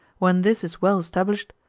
when this is well established,